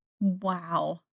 Wow